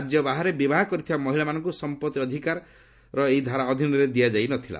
ରାଜ୍ୟ ବାହାରେ ବିବାହ କରିଥିବା ମହିଳାମାନଙ୍କୁ ସମ୍ପତ୍ତି ଅଧିକାର ଏହି ଧାରା ଅଧୀନରେ ଦିଆଯାଇ ନ ଥିଲା